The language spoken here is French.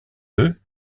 eux